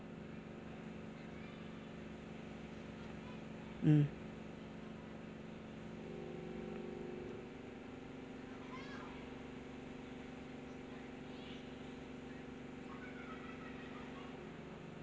mm